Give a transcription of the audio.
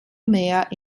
mehr